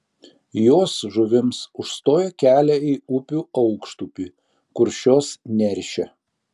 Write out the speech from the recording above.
jos žuvims užstoja kelia į upių aukštupį kur šios neršia